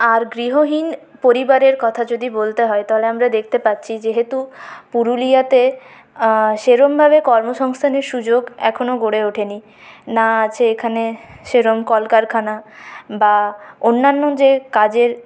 আর গৃহহীন পরিবারের কথা যদি বলতে হয় তাহলে আমরা দেখতে পারছি যেহেতু পুরুলিয়াতে সেরমভাবে কর্ম সংস্থানের সুযোগ এখনো গড়ে ওঠেনি না আছে এখানে সেরম কলকারখানা বা অন্যান্য যে কাজের